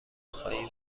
خواهیم